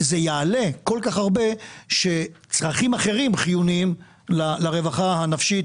יעלה כל כך הרבה כך שצרכים אחרים שהם חיוניים לרווחה הנפשית,